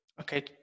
Okay